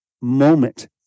moment